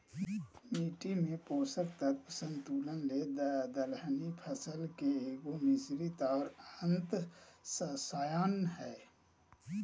मिट्टी में पोषक तत्व संतुलन ले दलहनी फसल के एगो, मिश्रित और अन्तर्शस्ययन हइ